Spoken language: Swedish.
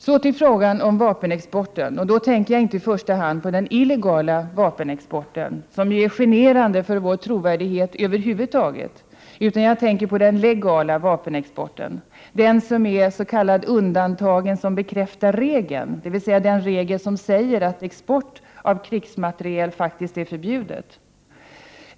Så till frågan om vapenexporten, och då tänker jag inte i första hand på den illegala, som ju är generande för vår trovärdighet över huvud taget, utan jag tänker på den legala vapenexporten, den som är ”undantagen som bekräftar regeln”, dvs. den regel som säger att export av krigsmateriel är förbjuden.